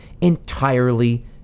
entirely